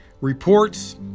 Reports